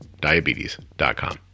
diabetes.com